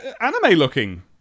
anime-looking